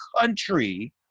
country